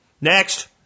Next